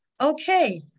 Okay